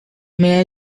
may